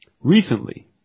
recently